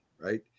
right